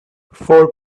four